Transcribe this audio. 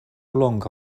longa